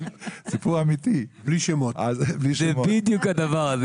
זה בדיוק הדבר.